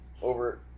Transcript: Over